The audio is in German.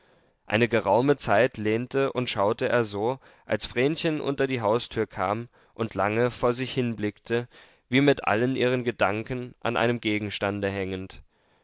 eine geraume zeit lehnte und schaute er so als vrenchen unter die haustür kam und lange vor sich hinblickte wie mit allen ihren gedanken an einem gegenstande hängend